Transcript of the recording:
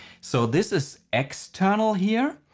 so this is external here.